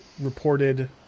reported